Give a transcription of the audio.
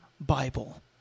Bible